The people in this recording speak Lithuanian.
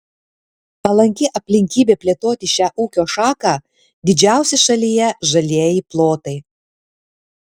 palanki aplinkybė plėtoti šią ūkio šaką didžiausi šalyje žalieji plotai